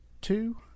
Two